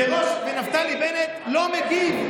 בני בגין, ונפתלי בנט לא מגיב.